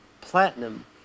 platinum